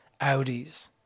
Audis